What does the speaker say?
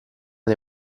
dei